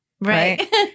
Right